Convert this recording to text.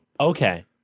okay